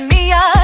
Mia